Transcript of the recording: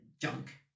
junk